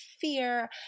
fear